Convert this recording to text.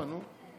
קדימה, נו.